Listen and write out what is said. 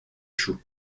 choux